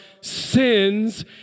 sins